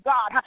God